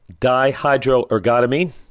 dihydroergotamine